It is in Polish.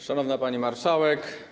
Szanowna Pani Marszałek!